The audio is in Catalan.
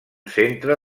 centre